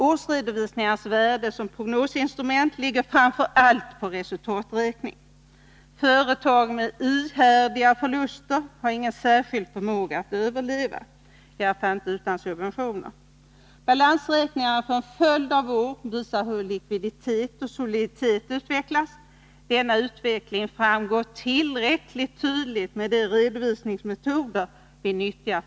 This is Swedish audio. Årsredovisningarnas värde som prognosinstrument ligger framför allt på resultaträkningen. Företag med ihärdiga förluster har ingen särskild förmåga att överleva, i alla fall inte utan subventioner. Balansräkningarna för en följd av år visar hur likviditet och soliditet utvecklas. Denna utveckling framgår tillräckligt tydligt med de redovisningsmetoder vi f. n. nyttjar.